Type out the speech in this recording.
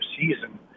season